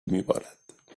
میبارد